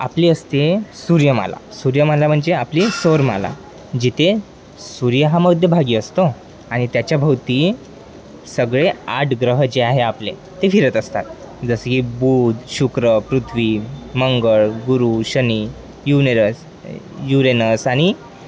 आपली असते सूर्यमाला सूर्यमाला म्हणजे आपली सौरमाला जिथे सूर्य हा मध्यभागी असतो आणि त्याच्याभोवती सगळे आठ ग्रह जे आहे आपले ते फिरत असतात जसे की बुध शुक्र पृथ्वी मंगळ गुरु शनी युनेरस युरेनस आणि